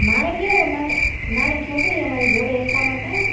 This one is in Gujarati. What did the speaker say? મારે કેવું નાની નાની છોકરી છે જોડે એટલા માટે